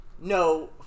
No